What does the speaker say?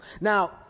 Now